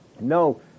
No